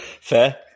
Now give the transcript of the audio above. Fair